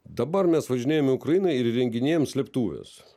dabar mes važinėjam ukraina ir įrenginėjam slėptuves